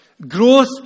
Growth